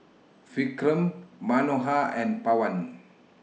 Vikram Manohar and Pawan